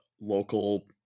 local